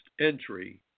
entry